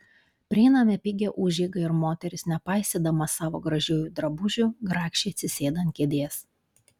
prieiname pigią užeigą ir moteris nepaisydama savo gražiųjų drabužių grakščiai atsisėda ant kėdės